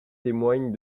témoignent